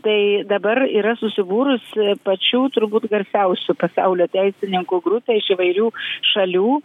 tai dabar yra susibūrus pačių turbūt garsiausių pasaulio teisininkų grupė iš įvairių šalių